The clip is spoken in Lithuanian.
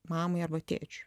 mamai arba tėčiui